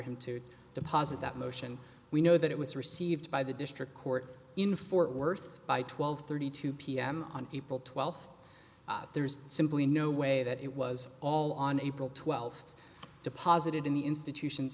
him to deposit that motion we know that it was received by the district court in fort worth by twelve thirty two pm on april twelfth there's simply no way that it was all on april twelfth deposited in the institutions